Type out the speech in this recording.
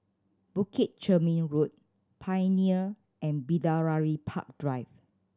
Bukit Chermin Road Pioneer and Bidadari Park Drive